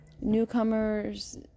Newcomers